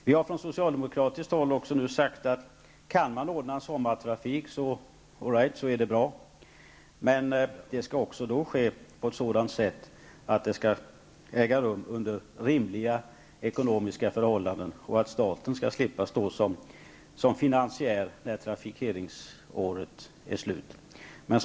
Vi har nu från socialdemokratiskt håll också sagt att det är bra om man kan anordna en sommartrafik, men att det då skall ske under rimliga ekonomiska förhållanden och att staten skall slippa stå som finansiär när rådrumsåret är till ända.